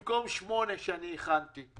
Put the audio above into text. במקום שמונה שאני הכנתי,